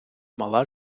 мала